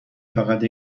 فقط